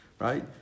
Right